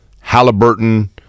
Halliburton